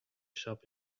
shop